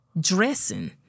dressing